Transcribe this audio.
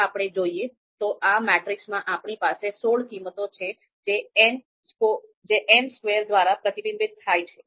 જો આપણે જોઈએ તો આ મેટ્રિક્સમાં આપણી પાસે સોળ કિંમતો છે જે n સ્ક્વેર દ્વારા પ્રતિબિંબિત થાય છે